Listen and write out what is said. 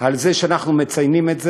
על זה שאנחנו מציינים את זה,